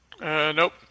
Nope